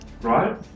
Right